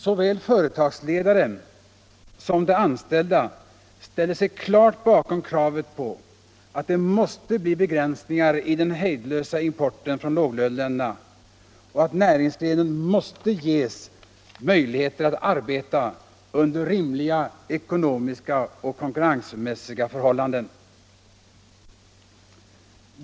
Såväl företagsledare som de anställda ställer sig klart bakom kravet på att det måste bli begränsningar i den hejdlösa importen från låglöneländerna och att näringsgrenen måste få möjligheter att arbeta under rimliga ekonomiska och konkurrensmässiga förhållanden.